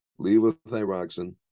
levothyroxine